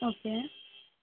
okay